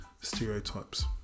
stereotypes